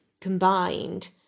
combined